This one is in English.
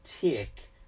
take